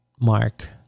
mark